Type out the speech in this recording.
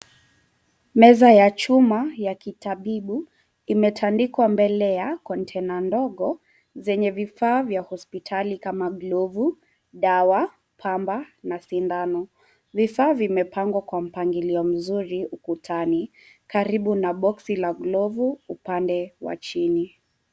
Meza ya chuma ya kitabibu imetandikwa mbele ya container ndogo zenye vifaa vya hospitali kama glovu, dawa, pamba na sindano. Vifaa vimepangwa kwa mpangilio mzuri ukutani karibu na box la glavu upande wa chini.